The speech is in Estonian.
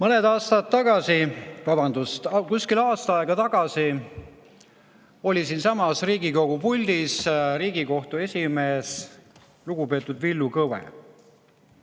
Mõned aastad tagasi, vabandust, kuskil aasta aega tagasi oli siinsamas Riigikogu puldis Riigikohtu esimees, lugupeetud Villu Kõve,